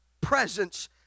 presence